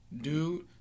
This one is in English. Dude